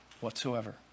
Whatsoever